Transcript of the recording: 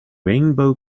rainbow